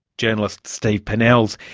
journalist steve pennells.